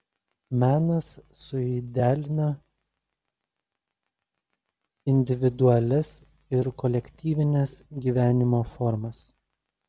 menas suidealina individualias ir kolektyvines gyvenimo formas